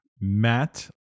Matt